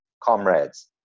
comrades